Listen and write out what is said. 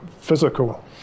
physical